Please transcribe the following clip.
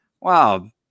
wow